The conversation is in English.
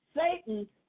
satan